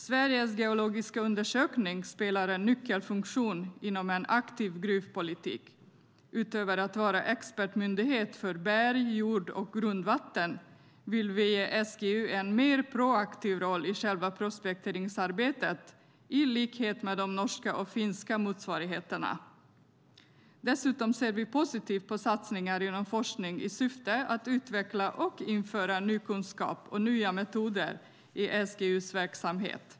Sveriges geologiska undersökning har en nyckelfunktion inom en aktiv gruvpolitik. Utöver att vara expertmyndighet för berg, jord och grundvatten vill vi ge SGU en mer proaktiv roll i själva prospekteringsarbetet, i likhet med de norska och finska motsvarigheterna. Dessutom ser vi positivt på satsningar inom forskning i syfte att utveckla och införa ny kunskap och nya metoder i SGU:s verksamhet.